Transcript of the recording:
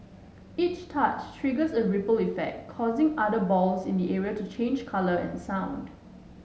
each touch triggers a ripple effect causing other balls in the area to change colour and sound